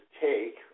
take